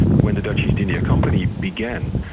when the dutch east india company began,